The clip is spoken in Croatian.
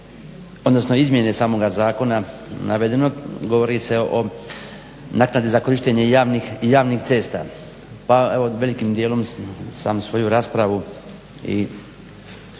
odnosno izmjene samoga zakona navedenog govori se o naknadi za korištenje javnih cesta pa evo velikim dijelom sam svoju raspravu i